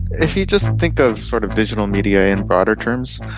if you just think of sort of digital media in broader terms,